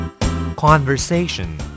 Conversation